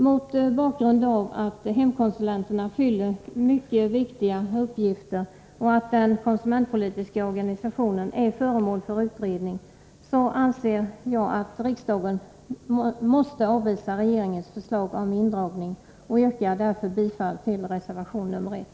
Mot bakgrund av att hemkonsulenterna fullgör mycket viktiga uppgifter och att den konsumentpolitiska organisationen är föremål för utredning, anser jag att riksdagen nu måste avvisa regeringens förslag om indragning. Jag yrkar därför bifall till reservation nr 1.